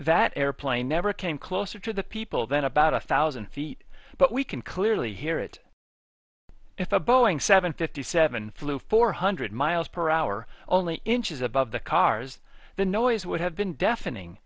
that airplane never came closer to the people then about a thousand feet but we can clearly hear it if a boeing seven fifty seven flew four hundred mph only inches above the cars the noise would have been deafening